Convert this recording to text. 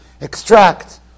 extract